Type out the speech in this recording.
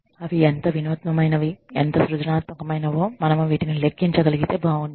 అవి ఎంత వినూత్నమైనవి ఎంత సృజనాత్మకమైనవో మనము వీటిని లెక్కించగలిగితే బాగుంటుంది